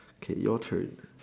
okay your turn